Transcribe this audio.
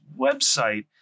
website